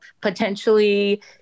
potentially